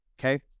okay